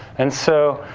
and so,